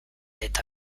eta